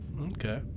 okay